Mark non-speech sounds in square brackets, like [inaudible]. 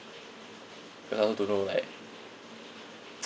cause I also don't know like [noise]